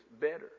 better